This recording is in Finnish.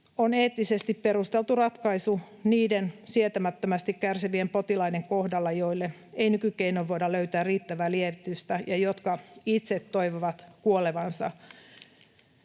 on eettisesti perusteltu ratkaisu niiden sietämättömästi kärsivien potilaiden kohdalla, joille ei nykykeinoin voidaan löytää riittävää lievitystä ja jotka itse toivovat kuolevansa.